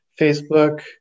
Facebook